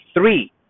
three